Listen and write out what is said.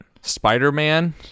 Spider-Man